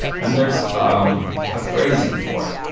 and there's um a phrasing for it.